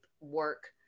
work